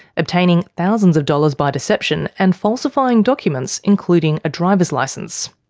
obtaining thousands of dollars by deception and falsifying documents including a driver's licence.